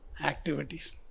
activities